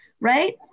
right